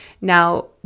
Now